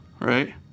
right